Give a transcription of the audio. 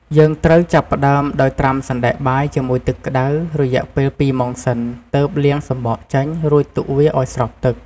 យើងត្រូវចាប់ផ្ដើម ដោយត្រាំសណ្តែកបាយជាមួយទឹកក្តៅ រយៈពេល២ម៉ោងសិន ទើបលាងសំបកចេញ រួចទុកវាឱ្យស្រក់ទឹក។